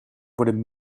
worden